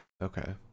Okay